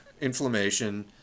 inflammation